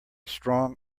strong